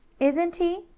isn't he!